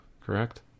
correct